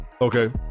Okay